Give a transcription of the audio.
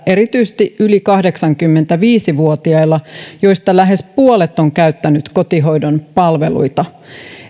erityisesti yli kahdeksankymmentäviisi vuotiailla joista lähes puolet on käyttänyt kotihoidon palveluita